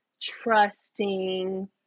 trusting